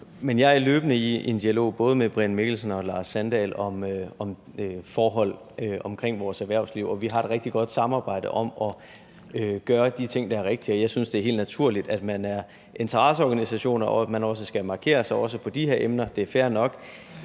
jeg er løbende i en dialog både med Brian Mikkelsen og Lars Sandahl om forhold omkring vores erhvervsliv, og vi har et rigtig godt samarbejde om at gøre de ting, der er rigtige. Jeg synes, det er helt naturligt, at man, når man er en interesseorganisation, også skal markere sig, også på de her emner – det er fair nok